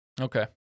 Okay